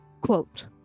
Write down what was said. quote